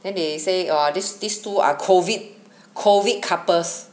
then they say or this this to our COVID COVID couples